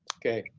okay.